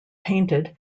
painted